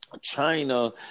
China